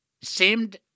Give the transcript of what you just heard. seemed